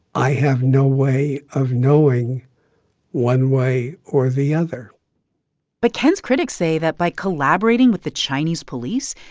i have no way of knowing one way or the other but ken's critics say that by collaborating with the chinese police,